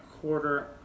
quarter